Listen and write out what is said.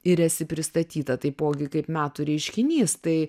ir esi pristatyta taipogi kaip metų reiškinys tai